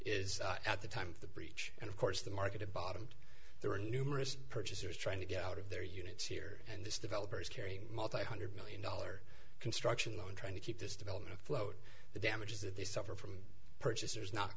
is at the time the breach and of course the market bottomed there were numerous purchasers trying to get out of their units here and this developers carrying malta hundred million dollar construction on trying to keep this development afloat the damages that they suffer from purchasers not